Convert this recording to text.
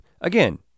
again